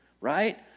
right